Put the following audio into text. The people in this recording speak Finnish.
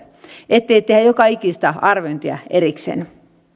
ettei tehdä joka ikistä arviointia erikseen